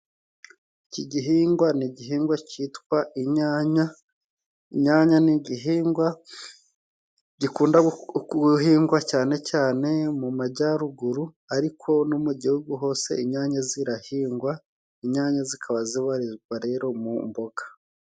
Iki gihingwa ni igihingwa cyitwa inyanya. Inyanya ni igihingwa gikunda guhingwa cyane cyane mu majyaruguru ariko no mu gihugu hose inyanya zirahingwa. Inyanya zikaba zibarizwa rero mu mboga.